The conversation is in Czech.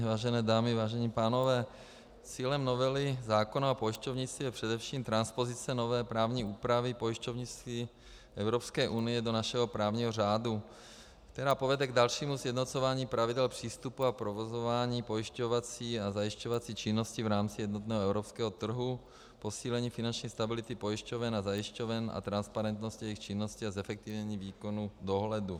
Vážené dámy, vážení pánové, cílem novely zákona o pojišťovnictví je především transpozice nové právní úpravy pojišťovnictví Evropské unie do našeho právního řádu, která povede k dalšímu sjednocování pravidel přístupu a provozování pojišťovací a zajišťovací činnosti v rámci jednotného evropského trhu, posílení finanční stability pojišťoven a zajišťoven a transparentnosti jejich činnosti a zefektivnění výkonu dohledu.